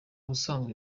ubusanzwe